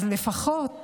אז לפחות